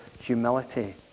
humility